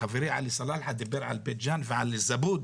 חברי עלי סלאלחה דיבר על בית ג'אן ועל זבוד,